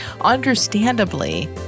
understandably